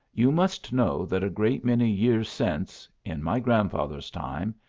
you must know that a great many years since, in my grandfather s time,